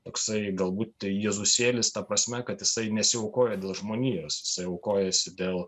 toksai galbūt tai jėzusėlis ta prasme kad jisai nesiaukoja dėl žmonijos aukojasi dėl